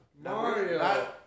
Mario